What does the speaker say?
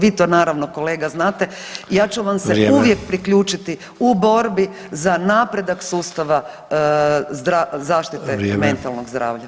Vi to naravno kolega znate i ja ću vam se uvijek priključiti u borbi za napredak sustava zaštite mentalnog zdravlja.